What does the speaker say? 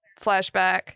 flashback